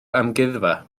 amgueddfa